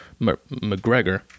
McGregor